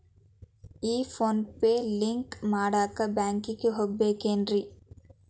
ಈ PhonePe link ಮಾಡಾಕ ಬ್ಯಾಂಕಿಗೆ ಹೋಗ್ಬೇಕೇನ್ರಿ?